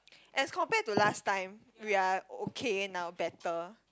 as compared to last time we are okay now better